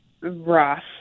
rough